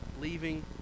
Leaving